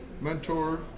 Mentor